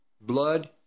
blood